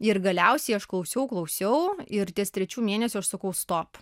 ir galiausiai aš klausiau klausiau ir ties trečiu mėnesiu aš sakau stop